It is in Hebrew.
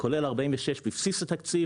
כולל 46 בבסיס התקציב,